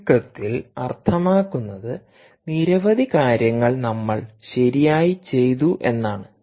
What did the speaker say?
ചുരുക്കത്തിൽ അർത്ഥമാക്കുന്നത്നിരവധി കാര്യങ്ങൾ നമ്മൾ ശരിയായി ചെയ്തു എന്നാണ്